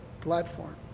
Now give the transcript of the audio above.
platform